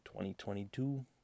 2022